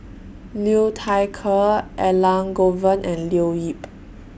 Liu Thai Ker Elangovan and Leo Yip